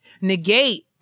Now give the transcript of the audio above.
negate